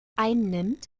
einnimmt